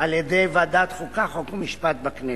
על-ידי ועדת חוקה, חוק ומשפט בכנסת,